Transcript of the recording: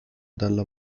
dalla